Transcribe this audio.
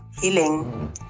healing